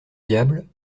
diable